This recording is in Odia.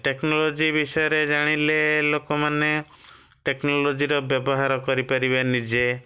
ଟେକ୍ନୋଲୋଜି ବିଷୟରେ ଜାଣିଲେ ଲୋକମାନେ ଟେକ୍ନୋଲୋଜିର ବ୍ୟବହାର କରିପାରିବେ ନିଜେ